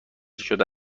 شده